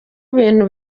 ibintu